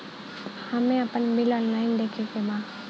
हमे आपन bill online देखे के बा?